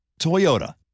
Toyota